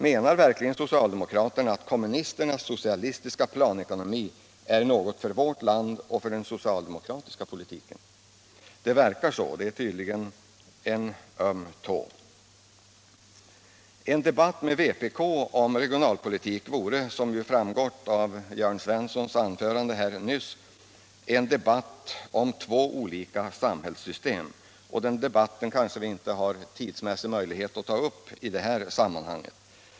Menar verkligen socialdemokraterna att kommunisternas socialistiska planekonomi är något för vårt land och för den socialdemokratiska politiken? Det verkar så! Detta är tydligen en öm tå. En debatt med vpk om regionalpolitik vore, som ju framgått av Jörn Svenssons anförande här nyss, en debatt om två olika samhällssystem. Den debatten har vi kanske inte tid att ta upp i det här sammanhanget.